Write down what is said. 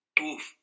Oof